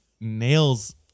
Nails